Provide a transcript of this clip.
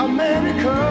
America